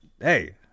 hey